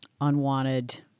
unwanted